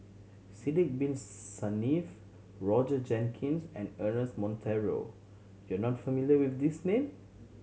Sidek Bin Saniff Roger Jenkins and Ernest Monteiro you are not familiar with these name